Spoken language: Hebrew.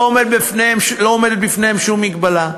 לא עומדת בפניהם שום מגבלה.